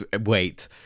wait